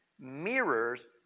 mirrors